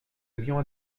avions